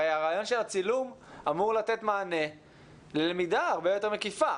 הרי הרעיון של הצילום אמור לתת מענה ללמידה הרבה יותר מקיפה.